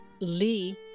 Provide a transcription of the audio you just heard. Lee